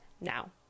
now